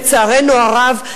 לצערנו הרב,